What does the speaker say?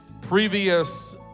Previous